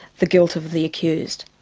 the guilt of of the accused.